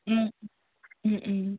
ও ও ও